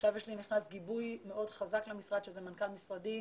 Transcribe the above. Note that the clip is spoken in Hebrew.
עכשיו נכנס גיבוי מאוד חזק למשרד שזה מנכ"ל משרדי,